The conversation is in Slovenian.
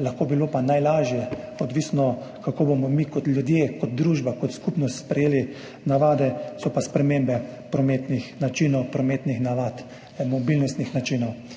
lahko bi bilo pa najlažje, odvisno, kako bomo mi kot ljudje, kot družba, kot skupnost sprejeli navade, so pa spremembe prometnih načinov, prometnih navad, mobilnostnih načinov.